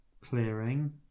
clearing